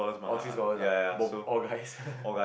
all three scholars ah both all guys